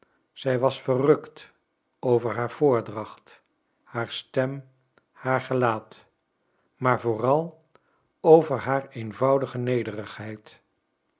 zij was verrukt over haar voordracht haar stem haar gelaat maar vooral over haar eenvoudige nederigheid